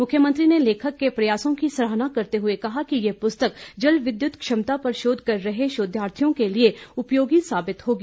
मुख्यमंत्री ने लेखक के प्रयासों की सराहना करते हुए कहा कि ये पुस्तक जलविद्युत क्षमता पर शोध कर रहे शोधार्थियों के लिए उपयोगी साबित होगी